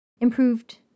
improved